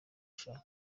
ashaka